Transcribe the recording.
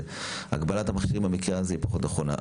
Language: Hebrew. הגבלת המכשירים במקרה הזה היא פחות נכונה.